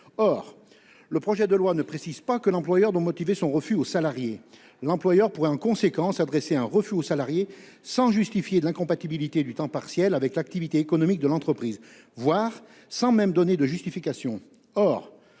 Or le projet de loi ne précise pas que l'employeur doive motiver son refus au salarié. L'employeur pourrait en conséquence adresser un refus au salarié sans justifier de l'incompatibilité du temps partiel avec l'activité économique de l'entreprise, voire sans donner de justification.